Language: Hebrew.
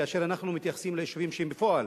כאשר אנחנו מתייחסים ליישובים שהם בפועל